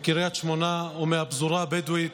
מקריית שמונה או מהפזורה הבדואית,